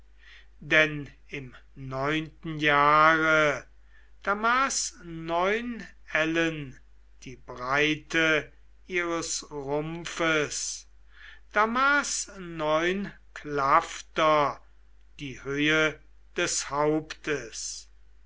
denn im neunten jahre da maß neun ellen die breite ihres rumpfes da maß neun klafter die höhe des hauptes